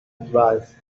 advise